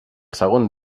segon